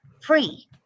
free